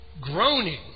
groaning